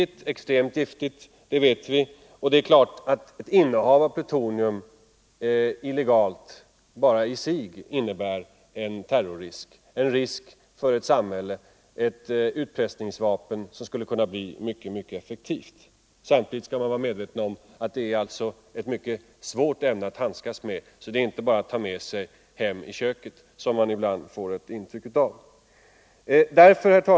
Det är extremt giftigt, det vet vi, och det är klart att ett illegalt innehav av plutonium i sig innebär en terrorrisk för ett samhälle, ett utpressningsvapen som skulle kunna vara mycket effektivt. Samtidigt skall man vara medveten om att det är ett mycket svårt ämne att handskas med. Det är inte bara att ta med sig plutonium hem i köket, som det ibland verkar.